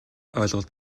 ойлголт